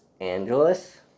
Angeles